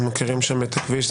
אנחנו מכירים שם את הכביש,